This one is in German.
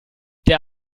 der